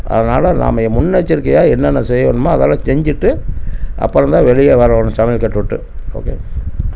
அதனால நாம முன்னெச்சரிக்கையாக என்னென்ன செய்யணும் அதெல்லாம் செஞ்சிட்டு அப்பறம்தான் வெளியே வரணும் சமையல் கட்டு விட்டு ஓகே